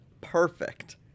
perfect